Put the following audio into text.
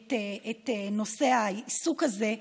את נושא העיסוק הזה,